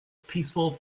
peaceful